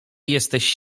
jesteś